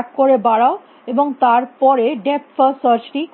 এক করে বাড়াও এবং তার পরে ডেপথ ফার্স্ট সার্চ টি করো